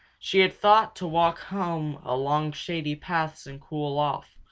she had thought to walk home along shady paths and cool off,